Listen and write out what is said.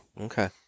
Okay